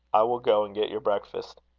i will go and get your breakfast.